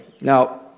Now